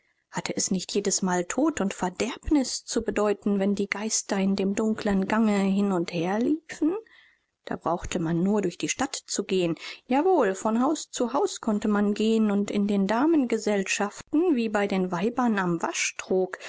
hatte es nicht jedesmal tod und verderbnis zu bedeuten wenn die geister in dem dunklen gange hin und her liefen da brauchte man nur durch die stadt zu gehen jawohl von haus zu haus konnte man gehen und in den damengesellschaften wie bei den weibern am waschtrog